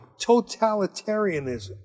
Totalitarianism